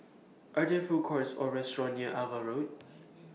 Are There Food Courts Or restaurants near AVA Road